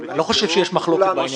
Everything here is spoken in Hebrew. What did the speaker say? אני לא חושב שיש מחלוקת בעניין הזה.